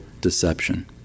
deception